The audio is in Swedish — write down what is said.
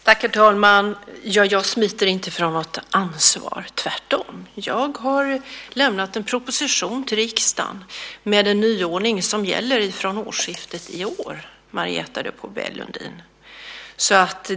Herr talman! Jag smiter inte från något ansvar - tvärtom! Jag har lämnat en proposition till riksdagen med den nyordning som gäller från årsskiftet i år, Marietta de Pourbaix-Lundin.